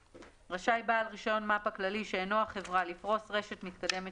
(2)רשאי בעל רישיון מפ"א כללי שאינו החברה לפרוס רשת מתקדמת